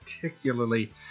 particularly